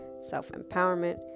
self-empowerment